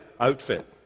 outfit